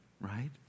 right